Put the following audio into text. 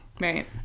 Right